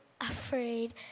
afraid